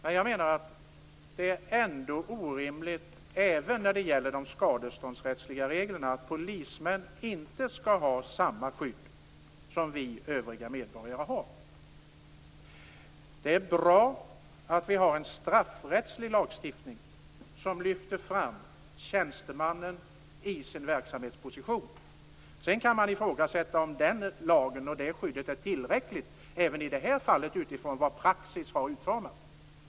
Men jag menar att det ändå är orimligt, även när det gäller de skadeståndsrättsliga reglerna, att polismän inte skall ha samma skydd som vi övriga medborgare har. Det är bra att vi har en straffrättslig lagstiftning som lyfter fram tjänstemannen i sin verksamhetsposition. Sedan kan man ifrågasätta om den lagen och det skyddet är tillräckligt även i det här fallet, utifrån hur praxis har utformats.